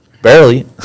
Barely